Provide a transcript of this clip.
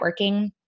networking